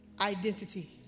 identity